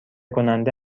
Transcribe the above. کننده